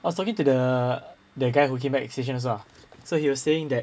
I was talking to the the guy who came back station also lah so he was saying that